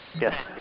Yes